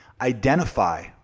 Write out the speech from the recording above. Identify